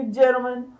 gentlemen